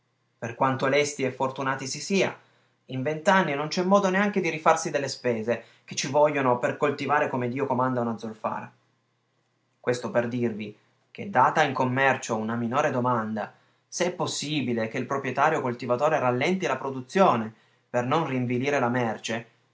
per quanto lesti e fortunati si sia in venti anni non c'è modo neanche di rifarsi delle spese che ci vogliono per coltivare come dio comanda una zolfara questo per dirvi che data in commercio una minore domanda se è possibile che il proprietario coltivatore rallenti la produzione per non rinvilire la merce